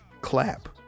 clap